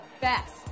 best